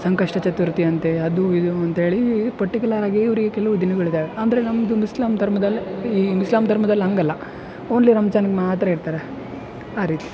ಸಂಕಷ್ಟಚತುರ್ಥಿ ಅಂತ ಅದು ಇದು ಅಂಥೇಳಿ ಪರ್ಟಿಕ್ಯುಲರಾಗಿ ಇವ್ರಿಗೆ ಕೆಲವು ದಿನಗಳಿದ್ದಾವೆ ಅಂದ್ರೆ ನಮ್ದು ಮಿಸ್ಲಾಂ ಧರ್ಮದಲ್ಲಿ ಈ ಇಸ್ಲಾಂ ಧರ್ಮದಲ್ಲಿ ಹಂಗಲ್ಲ ಓನ್ಲಿ ರಂಜಾನಿಗೆ ಮಾತ್ರ ಇರ್ತಾರೆ ಆ ರೀತಿ